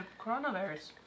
coronavirus